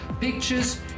Pictures